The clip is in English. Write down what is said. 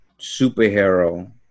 superhero